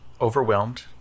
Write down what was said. overwhelmed